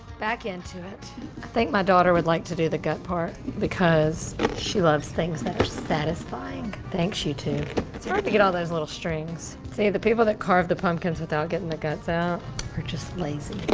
back into it. i think my daughter would like to do the gut part, because she loves things that are satisfying. thanks, youtube. it's hard to get all those little strings. see, the people that carve the pumpkins without getting the guts out are just lazy.